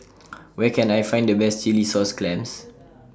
Where Can I Find The Best Chilli Sauce Clams